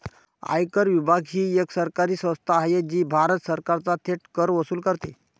आयकर विभाग ही एक सरकारी संस्था आहे जी भारत सरकारचा थेट कर वसूल करते